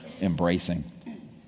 embracing